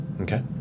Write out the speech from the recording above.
Okay